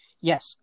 yes